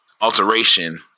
alteration